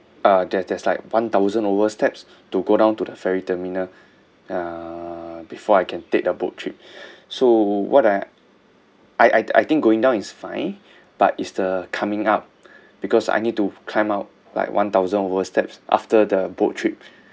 uh there's there's like one thousand over steps to go down to the ferry terminal uh before I can take the boat trip so what I I I I think going down is fine but is the coming up because I need to climb up like one thousand over steps after the boat trip